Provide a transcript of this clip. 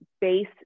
base